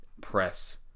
press